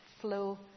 flow